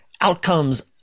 outcomes